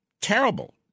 terrible